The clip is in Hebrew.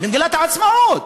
מגילת העצמאות: